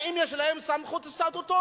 האם יש להם סמכות סטטוטורית?